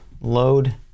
load